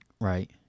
Right